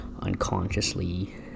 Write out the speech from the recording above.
unconsciously